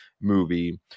movie